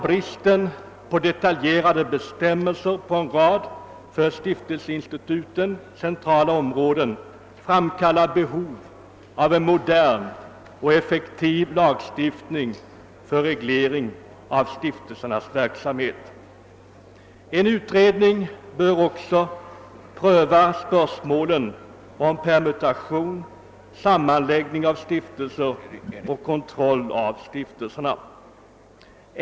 Bristen på detaljerade bestämmelser inom en rad för stiftelseinstituten centrala områden framkallar behov av en modern och effektiv lag för reglering av stiftelsernas verksamhet. En utredning bör också pröva spörsmålet om permutation, sammanläggning av stiftelser och kontroll av stiftelser.